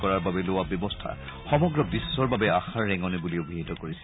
কৰাৰ বাবে লোৱা ব্যৱস্থা সমগ্ৰ বিশ্বৰ বাবে আশাৰ ৰেঙণী বুলি অভিহিত কৰিছে